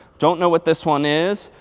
don't know what this one is.